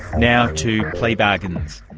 now to plea bargains.